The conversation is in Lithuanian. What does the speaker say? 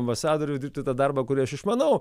ambasadoriu dirbti tą darbą kurį aš išmanau